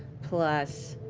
plus